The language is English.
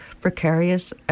precarious